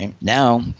Now